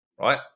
right